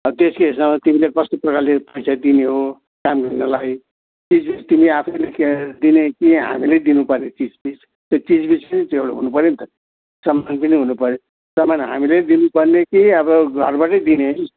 अब त्यसको हिसाबमा तिमीले कस्तो प्रकारले पैसा दिने हो काम गर्नेलाई चिजबिज तिमी आफैँले किनेर दिने हो कि हामीले दिनु पर्ने चिजबिज त्यो चिजबिज पनि हुनु पऱ्यो नि त सर सामान पनि हुनु पऱ्यो सामान हामीले दिनु पर्ने कि अब घरबाट दिने कि